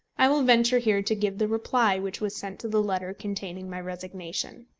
i will venture here to give the reply which was sent to the letter containing my resignation.